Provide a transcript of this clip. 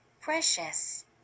precious